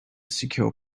secure